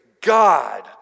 God